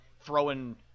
throwing